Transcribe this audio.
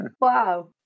wow